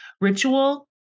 ritual